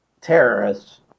terrorists